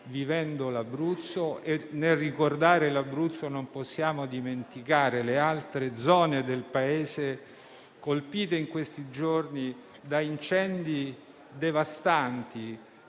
vivendo l'Abruzzo. E nel ricordare l'Abruzzo non possiamo dimenticare le altre zone del Paese colpite in questi giorni da incendi devastanti,